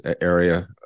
area